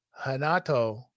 Hanato